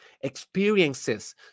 experiences